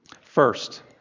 First